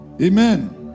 Amen